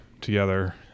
together